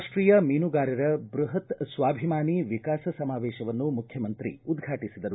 ರಾಷ್ಟೀಯ ಮೀನುಗಾರರ ಬೃಹತ್ ಸ್ವಾಭಿಮಾನಿ ವಿಕಾಸ ಸಮಾವೇಶವನ್ನು ಮುಖ್ಯಮಂತ್ರಿ ಉದ್ಘಾಟಿಸಿದರು